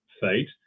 fate